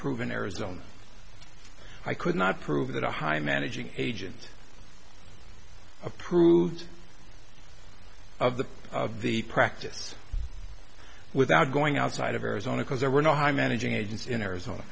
prove in arizona i could not prove that a high managing agent approved of the of the practice without going outside of arizona because there were no hi managing agents in arizona